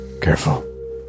Careful